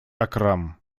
акрам